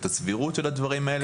את הסבירות של הדברים האלה,